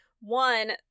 One